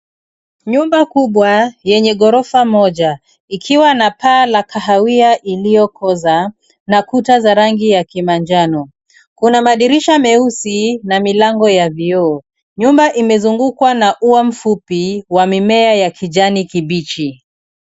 Nyumba kubwa yenye ghorofa moja, ikiwa na paa la kahawia iliyokoza na kuta za rangi ya kimanjano. Kuna madirisha meusi na milango ya vioo. Nyumba imezungukwa na ua mfupi wa mimea ya kijani kibichi.